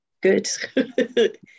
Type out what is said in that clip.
Good